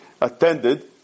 attended